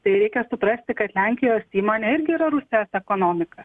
tereikia suprasti kad lenkijos įmonė irgi yra rusijos ekonomika